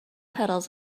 pedals